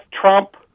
Trump